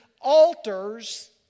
altars